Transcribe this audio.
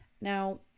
now